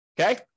Okay